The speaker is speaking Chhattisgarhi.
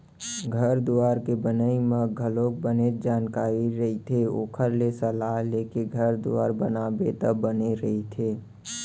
घर दुवार के बनई म घलोक बने जानकार रहिथे ओखर ले सलाह लेके घर दुवार बनाबे त बने रहिथे